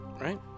Right